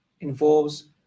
involves